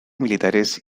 militares